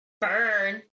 Burn